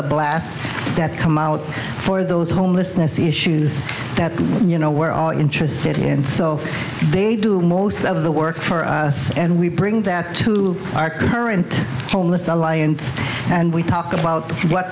the blasts that come out for those homelessness issues that you know we're all interested in and so they do most of the work for us and we bring that to our current homeless alliance and we talk about what